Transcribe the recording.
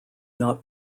not